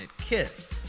kiss